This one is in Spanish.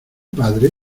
padre